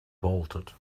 bolted